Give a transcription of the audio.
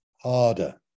harder